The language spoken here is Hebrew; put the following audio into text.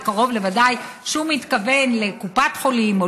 וקרוב לוודאי שהוא מתכוון לקופת חולים או